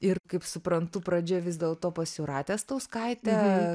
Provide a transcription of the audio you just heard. ir kaip suprantu pradžia vis dėlto pas jūratę stauskaitę